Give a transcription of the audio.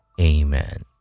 Amen